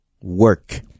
work